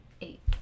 Eight